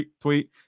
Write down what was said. tweet